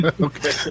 Okay